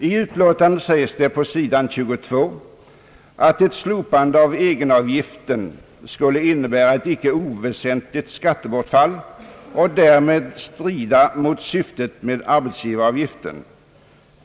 I utlåtandet säges på sidan 22: »Ett slopande av egenavgiften skulle innebära ett icke oväsentligt skattebortfall och därmed strida mot syftet med ar betsgivaravgiften.